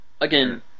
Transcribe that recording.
Again